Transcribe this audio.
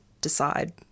decide